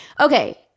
Okay